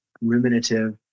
ruminative